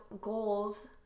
goals